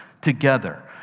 together